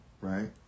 right